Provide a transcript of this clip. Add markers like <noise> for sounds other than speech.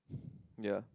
<breath> yeah